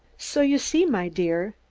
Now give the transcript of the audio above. so, you see, my dear,